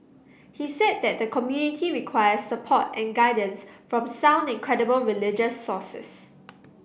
he said that the community requires support and guidance from sound and credible religious sources